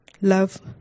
love